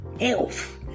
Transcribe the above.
Elf